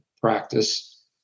practice